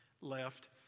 left